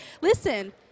listen